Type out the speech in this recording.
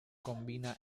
combina